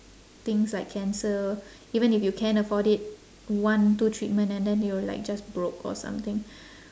things like cancer even if you can afford it one two treatment and then you're like just broke or something